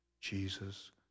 Jesus